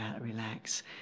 relax